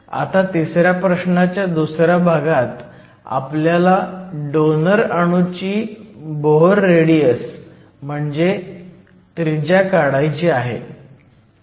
आता तिसऱ्या प्रश्नाच्या दुसऱ्या भागात आपल्याला डोनर अणूची बोहर रेडियस म्हणजे त्रिज्या काढायची आहे